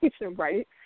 right